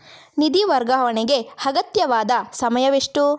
ನಿಧಿ ವರ್ಗಾವಣೆಗೆ ಅಗತ್ಯವಾದ ಸಮಯವೆಷ್ಟು?